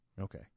Okay